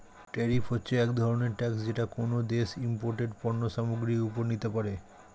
tariff হচ্ছে এক ধরনের ট্যাক্স যেটা কোনো দেশ ইমপোর্টেড পণ্য সামগ্রীর ওপরে নিতে পারে